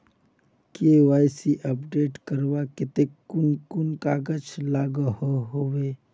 KYC update करवार केते कुन कुन कागज लागोहो होबे?